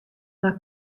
mar